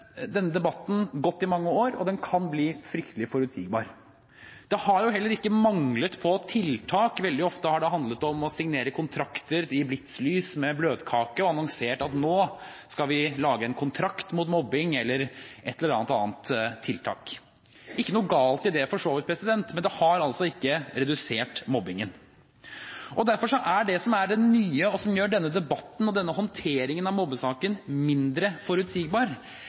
denne debatten gått i mange år, og den kan bli fryktelig forutsigbar. Det har heller ikke manglet på tiltak. Veldig ofte har det handlet om å signere kontrakter i blitslys med bløtkake og annonsere at nå skal man lage en kontrakt mot mobbing – eller et annet tiltak. Det er ikke noe galt i det, for så vidt, men det har altså ikke redusert mobbingen. Derfor er det som er det nye, og som gjør denne debatten og denne håndteringen av mobbesaken mindre forutsigbar,